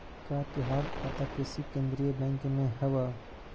का तोहार खाता किसी केन्द्रीय बैंक में हव